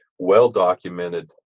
well-documented